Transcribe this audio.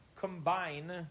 combine